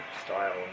style